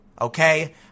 okay